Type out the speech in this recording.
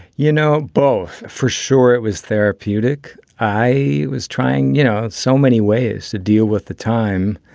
you know, both for sure. it was therapeutic. i was trying. you know, so many ways to deal with the time.